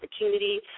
opportunity